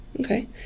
Okay